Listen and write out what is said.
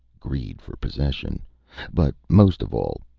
greed for possession but most of all,